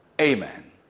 amen